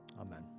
Amen